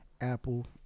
apple